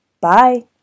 Bye